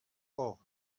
اوه